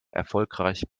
erfolgreich